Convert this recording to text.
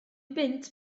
bunt